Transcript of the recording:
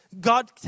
God